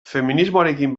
feminismoarekin